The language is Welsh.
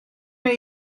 mynd